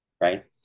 Right